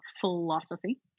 philosophy